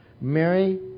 Mary